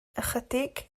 ychydig